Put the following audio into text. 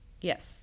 Yes